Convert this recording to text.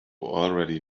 already